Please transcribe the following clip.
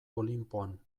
olinpoan